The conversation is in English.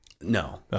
No